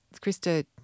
Krista